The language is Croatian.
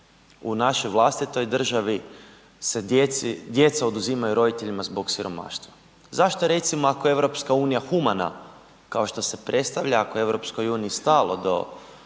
u našoj vlastitoj državi se djeca oduzimaju roditeljima zbog siromaštva. Zašto recimo ako je EU humana kao što se predstavlja, ako je EU stalo do